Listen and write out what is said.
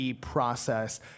process